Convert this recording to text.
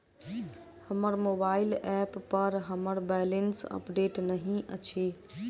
हमर mobile app पर हमर बैलेंस अपडेट नहि अछि